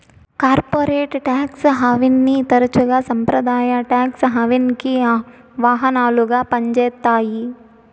corporate tax హావెన్ని తరచుగా సంప్రదాయ టాక్స్ హావెన్కి వాహనాలుగా పంజేత్తాయి